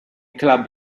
club